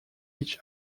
each